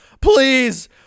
Please